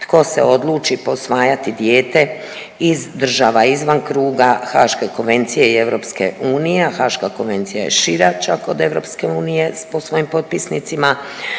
tko se odluči posvajati dijete iz država izvan kruga Haške konvencije i EU, a Haaška konvencija je šira čak od EU po svojim potpisnicima,